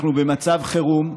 אנחנו במצב חירום.